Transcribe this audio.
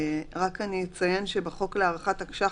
רק אני אציין שבחוק להארכת תקש"ח,